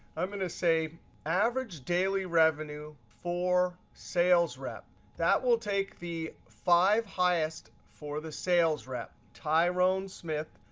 i'm going to say average daily revenue for salesrep. that will take the five highest for the sales rep tyrone smithe,